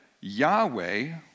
Yahweh